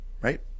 Right